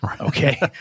Okay